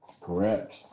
Correct